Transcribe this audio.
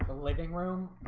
living room